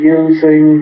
using